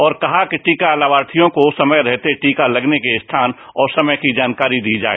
और कहा कि टीका तानाधियों को समय रहते टीका तगने के स्थान और समय की जानकारी दी जाए